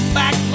back